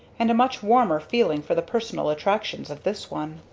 and a much warmer feeling for the personal attractions of this one.